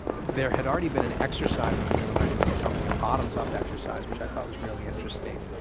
there had already been an exercise underway when i joined the company, a bottoms up exercise which i thought was really interesting,